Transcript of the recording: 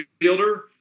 fielder